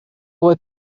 boy